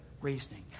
reasoning